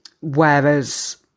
whereas